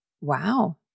Wow